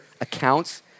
accounts